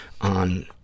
on